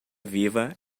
viva